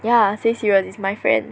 ya say serious is my friend